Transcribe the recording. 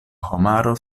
homaro